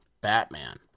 Batman